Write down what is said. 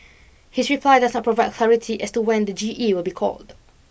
his reply does not provide clarity as to when the G E will be called